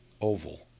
oval